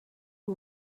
who